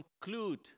conclude